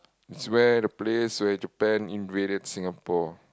is where the place where Japan invaded Singapore